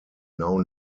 now